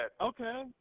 Okay